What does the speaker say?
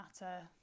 matter